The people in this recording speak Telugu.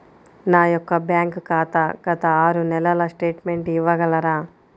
నా యొక్క బ్యాంక్ ఖాతా గత ఆరు నెలల స్టేట్మెంట్ ఇవ్వగలరా?